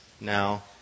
now